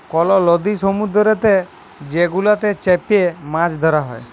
call লদি সমুদ্দুরেতে যে গুলাতে চ্যাপে মাছ ধ্যরা হ্যয়